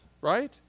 right